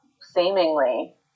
seemingly